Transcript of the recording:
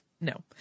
no